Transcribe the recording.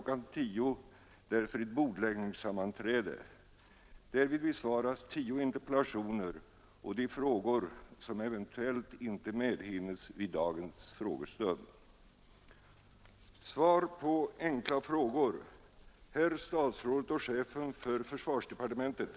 10.00 därför ett bordläggningssammanträde. Därvid besvaras tio interpellationer och de frågor som eventuellt inte medhinnes vid dagens frågestund.